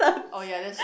oh ya that's